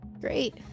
Great